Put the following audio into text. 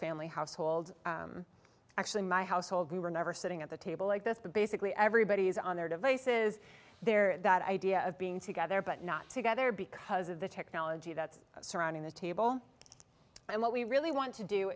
family household actually my household we were never sitting at the table like this but basically everybody is on their devices their idea of being together but not together because of the technology that's surrounding the table and what we really want to do